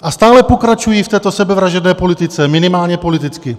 A stále pokračují v této sebevražedné politice, minimálně politicky.